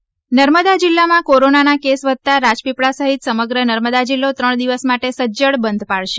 Narmada corona Narmada જીલ્લામાં કોરોનાના case વધતાં રાજપીપલા સહીત સમગ્ર નર્મદા જિલ્લો ત્રણ દિવસ માટે સજ્જડ બંધ પાળશે